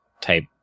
type